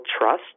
trust